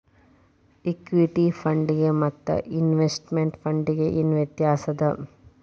Equity ಫಂಡಿಗೆ ಮತ್ತ investment ಫಂಡಿಗೆ ಏನ್ ವ್ಯತ್ಯಾಸದ?